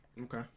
Okay